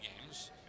games